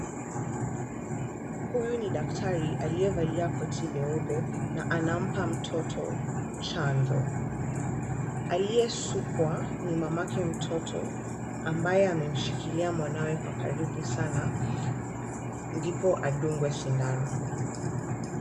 Huyu ni daktari aliyevalia koti leupe na anampa mtoto chanjo. Aliyesukwa ni mamake mtoto ambaye amemshikilia mwanawe kwa karibu sana ndipo adungwe sindano.